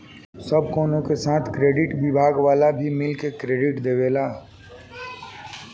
सब कवनो के साथ क्रेडिट विभाग वाला भी मिल के कार्ड देवेला